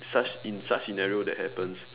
such in such scenario that happens